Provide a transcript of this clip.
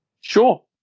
sure